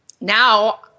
now